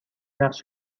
نقش